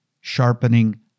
sharpening